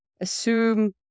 assume